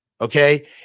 Okay